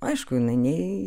aišku jinai nei